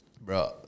bro